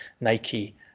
Nike